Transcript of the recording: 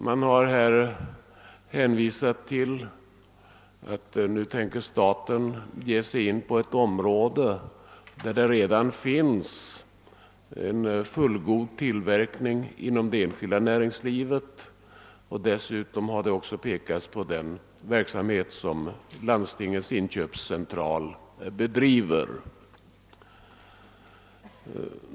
Man har sagt att staten här vill ge sig in på ett område där det enskilda näringslivet redan tillverkar fullgoda produkter, och man har dessutom pekat på den verksamhet som Landstingens inköpscentral bedriver.